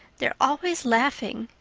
they're always laughing.